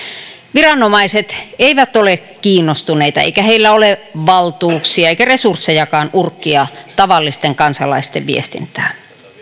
viranomaiset eivät ole kiinnostuneita eikä heillä ole valtuuksia eikä resurssejakaan urkkia tavallisten kansalaisten viestintää